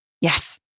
yes